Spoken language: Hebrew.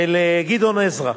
של גדעון עזרא,